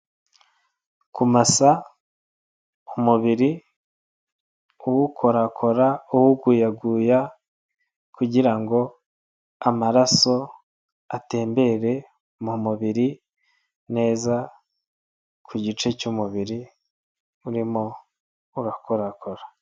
Kumasa, umubiri, uwukorakora, uwuyaguyeya, kugira ngo amaraso atembere, mu mubiri neza ku gice cy'umubiri urimo urakorakora.